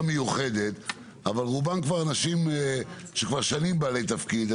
מיוחדת אבל רובם אנשים שכבר שנים הם בעלי תפקיד.